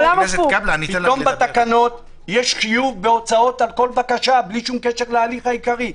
יש חיוב בהוצאות על כל בקשה בלי שום קשר להליך העיקרי.